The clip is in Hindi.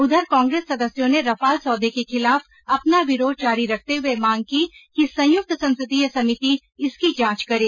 उधर कांग्रेस सदस्यों ने रफाल सौदे के खिलाफ अपना विरोध जारी रखते हुए मांग की कि संयुक्त संसदीय समिति इसकी जांच करे